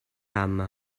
ama